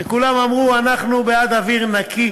וכולם אמרו: אנחנו בעד אוויר נקי